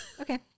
Okay